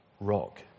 rock